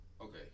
Okay